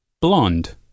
Blonde